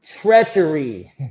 treachery